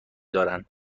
دارن